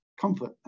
comfort